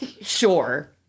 Sure